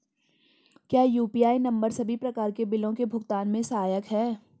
क्या UPI number सभी प्रकार के बिलों के भुगतान में सहायक हैं?